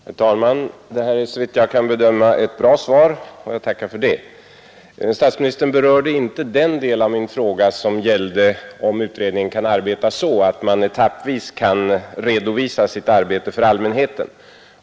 Herr talman! Detta är såvitt jag kan bedöma ett bra svar, och jag tackar för det. Statsministern berörde inte den del av min fråga som gällde om 3 utredningen kan arbeta så att den etappvis kan redovisa sitt arbete för allmänheten.